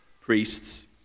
priests